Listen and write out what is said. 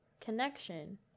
connection